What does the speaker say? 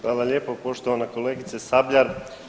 Hvala lijepo poštovana kolegice Sabljar.